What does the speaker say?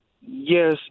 Yes